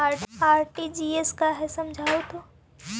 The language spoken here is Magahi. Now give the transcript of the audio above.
आर.टी.जी.एस का है समझाहू तो?